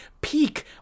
peak